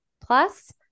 Plus